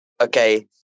Okay